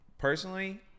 Personally